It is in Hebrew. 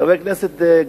חבר הכנסת דנון,